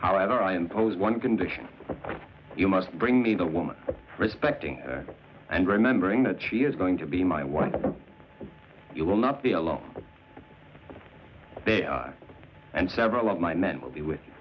however i impose one condition you must bring me the woman respecting and remembering that she is going to be my wife you will not be alone and several of my men will be with